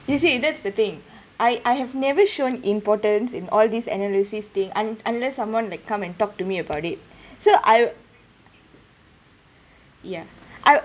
you see that's the thing I I have never shown importance in all this analysis thing un~ unless someone like come and talk to me about it so I'll yeah I'll